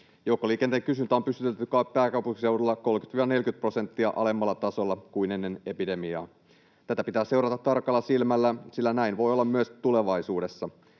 Joukkoliikenteen kysyntä on pysytellyt pääkaupunkiseudulla 30—40 prosenttia alemmalla tasolla kuin ennen epidemiaa. Tätä pitää seurata tarkalla silmällä, sillä näin voi olla myös tulevaisuudessa.